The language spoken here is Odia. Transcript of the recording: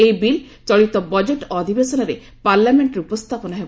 ଏହି ବିଲ୍ ଚଳିତ ବଜେଟ୍ ଅଧିବେଶନରେ ପାର୍ଲାମେଣ୍ଟରେ ଉପସ୍ଥାପନ ହେବ